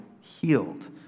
healed